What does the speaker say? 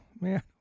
man